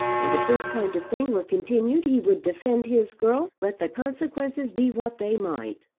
and if this kind of thing were continued he would defend his girl let the consequences be what they might.